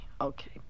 okay